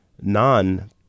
non